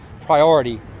priority